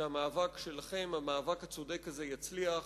שהמאבק שלכם, המאבק הצודק הזה, יצליח,